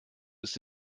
ist